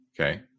Okay